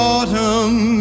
Autumn